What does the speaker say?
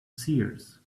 seers